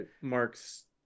mark's